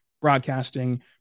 broadcasting